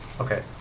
Okay